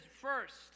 first